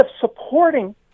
supporting